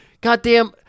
Goddamn